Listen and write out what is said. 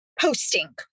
posting